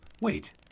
Wait